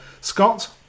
Scott